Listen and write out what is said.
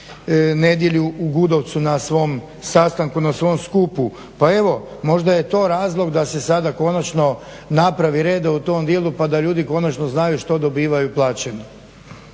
u nedjelju u Gudovcu na svom sastanku, na svom skupu. Pa evo možda je to razlog da se sada konačno napravi reda u tom dijelu pa da ljudi konačno znaju što dobivaju plaćeni.